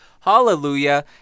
Hallelujah